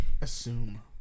Assume